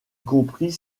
comprit